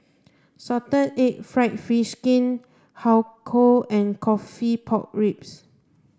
salted egg fried fish skin Har Kow and coffee pork ribs